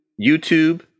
YouTube